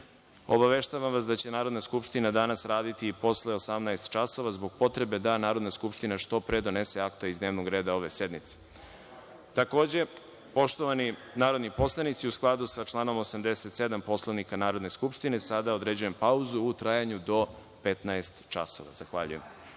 obaveštavam vas da će Narodna skupština danas raditi i posle 18,00 časova zbog potrebe da Narodna skupština što pre donese akta iz dnevnog reda ove sednice. Takođe, poštovani narodni poslanici, u skladu sa članom 87. Poslovnika Narodne skupštine, određujem pauzu u trajanju do 15,00 časova. Zahvaljujem.(Posle